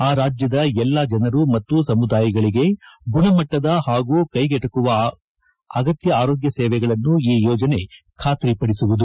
ಆ ರಾಜ್ಕದ ಎಲ್ಲಾ ಜನರ ಮತ್ತು ಸಮುದಾಯಗಳಿಗೆ ಗುಣಮಟ್ಟದ ಹಾಗೂ ಕೈಗಟಕುವ ಅಗತ್ತ ಆರೋಗ್ಯ ಸೇವೆಗಳನ್ನು ಈ ಯೋಜನೆ ಬಾತ್ರಿಪಡಿಸುತ್ತದೆ